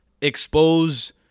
expose